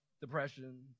depression